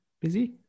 Busy